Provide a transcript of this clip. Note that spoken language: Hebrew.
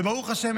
וברוך השם,